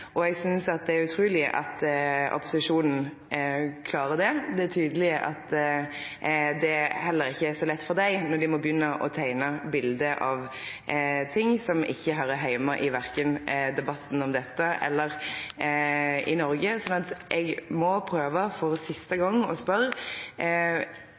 og eg synest det er utruleg at opposisjonen klarer det. Men det er tydeleg at det heller ikkje er så lett for dei, når dei må begynne å teikne bilete av ting som ikkje høyrer heime verken i debatten om dette eller i Noreg. Så eg må prøve å spørje for siste